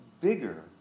bigger